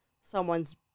someone's